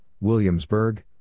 Williamsburg